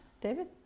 David